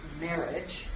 marriage